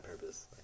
purpose